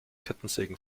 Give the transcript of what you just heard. kettensägen